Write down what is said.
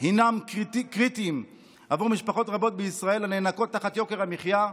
הם קריטיים עבור משפחות רבות בישראל הנאנקות תחת יוקר המחיה,